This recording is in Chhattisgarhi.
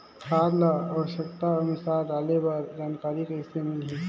खाद ल आवश्यकता अनुसार डाले बर जानकारी कइसे मिलही?